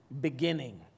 beginning